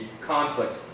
conflict